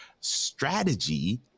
strategy